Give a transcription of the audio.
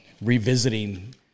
revisiting